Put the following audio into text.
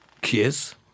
Kiss